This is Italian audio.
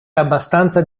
abbastanza